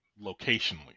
locationally